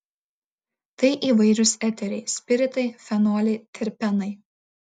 tai įvairūs eteriai spiritai fenoliai terpenai